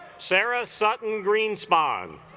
sarah sutton greenspan